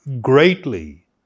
greatly